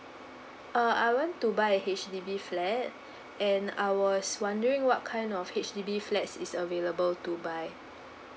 uh I want to buy a H_D_B flat and I was wondering what kind of H_D_B flats is available to buy